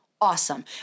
awesome